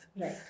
Right